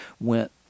went